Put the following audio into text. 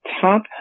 top